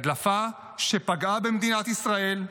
הדלפה שפגעה במדינת ישראל,